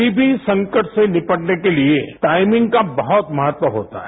किसी भी संकट से निपटने के लिए टाइमिंग का बहुत महत्व होता है